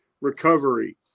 recovery